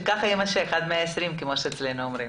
שככה יימשך עד 120, כמו שאומרים.